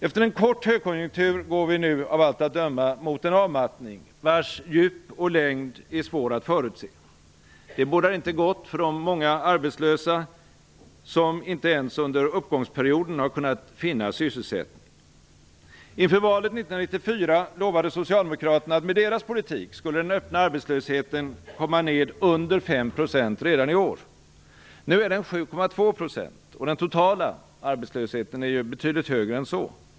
Efter en kort högkonjunktur går vi nu av allt att döma mot en avmattning, vars djup och längd är svår att förutse. Det bådar inte gott för de många arbetslösa och som inte ens under uppgångsperioden har kunnat finna sysselsättning. Våren 1994 lovade socialdemokraterna att med deras politik skulle den öppna arbetslösheten komma ned till 5 % redan i år. Nu är den 7,2 %, och den totala arbetslösheten betydligt högre än så.